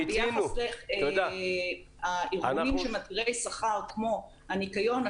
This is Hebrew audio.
ביחס לארגונים שהם עתירי שכר כמו ניקיון,